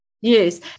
Yes